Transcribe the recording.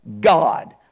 God